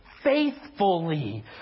Faithfully